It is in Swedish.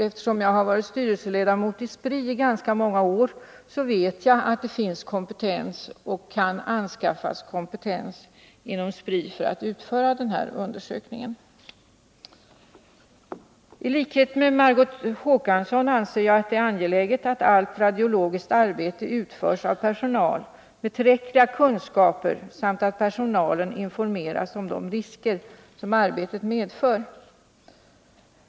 Eftersom jag har varit styrelseledamot av Spri i ganska många år vet jag att det finns kompetens och kan anskaffas kompetens genom Spri för att utföra den här undersökningen. I likhet med Margot Håkansson anser jag att det är angeläget att allt radiologiskt arbete utförs av personal med tillräckliga kunskaper samt att personalen informeras om de risker som det arbetet medför.